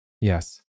Yes